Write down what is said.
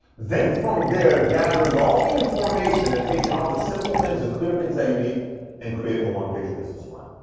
then from there, gathering all the information and taking all the simple things, the clear things that you need and creating a one-page business plan.